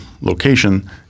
location